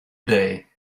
day